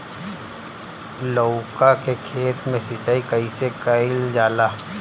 लउका के खेत मे सिचाई कईसे कइल जाला?